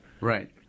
Right